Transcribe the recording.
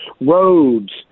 roads